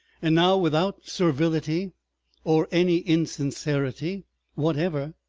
and now without servility or any insincerity whatever,